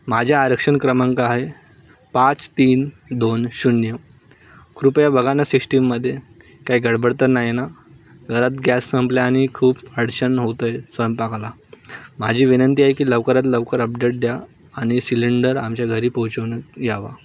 माझे आरक्षण क्रमांक आहे पाच तीन दोन शून्य कृपया बघा न सिस्टीममध्ये काय गडबड तर नाही ना घरात गॅस संपल्यानी खूप अडचण होतं आहे स्वयंपाकाला माझी विनंती आहे की लवकरात लवकर अपडेट द्या आणि सिलेंडर आमच्या घरी पोहोचवून यावा